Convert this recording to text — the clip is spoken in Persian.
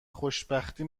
خوشبختی